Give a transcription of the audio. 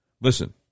Listen